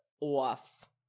off